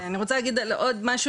אני רוצה להגיד עוד משהו,